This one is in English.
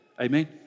Amen